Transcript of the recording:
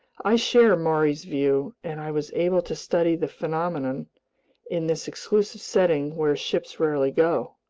i share maury's view, and i was able to study the phenomenon in this exclusive setting where ships rarely go.